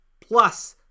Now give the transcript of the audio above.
plus